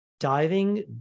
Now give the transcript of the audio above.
Diving